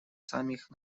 самих